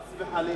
לא, חס וחלילה.